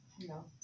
No